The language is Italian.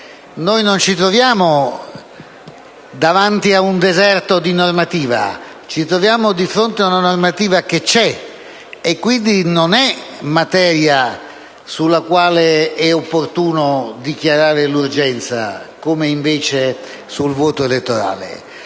noi non ci troviamo davanti a un deserto di normativa, ma ci troviamo di fronte ad una normativa che esiste. Quindi, non è materia sulla quale è opportuno dichiarare l'urgenza, come invece sul voto elettorale.